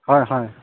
হয় হয়